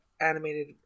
animated